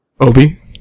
Obi